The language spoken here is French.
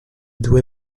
douai